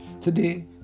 Today